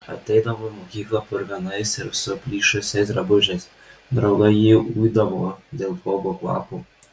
ateidavo į mokyklą purvinais ir suplyšusiais drabužiais draugai jį uidavo dėl blogo kvapo